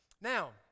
Now